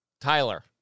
Tyler